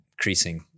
increasing